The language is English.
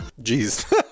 Jeez